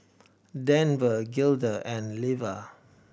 Denver Gilda and Leva